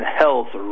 health